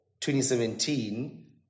2017